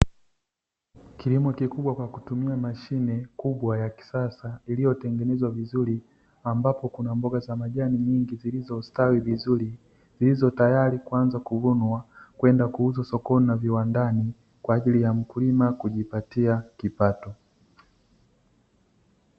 Kilimo kikubwa kwa kutumia mashine kubwa ya kisasa, iliyo tengenezwa vizuri ambapo kuna mboga za majani nyingi zilizo stawi vizuri, zilizo tayari kuanza kuvuna kwenda kuuzwa sokoni na viwandani kwa ajili ya mkulima kujipatia kipato.